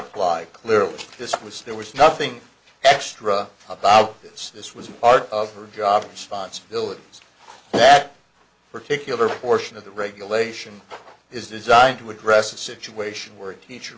apply clearly this was there was nothing extra about this this was part of her job sponsibility that particular portion of the regulation is designed to address a situation where a teacher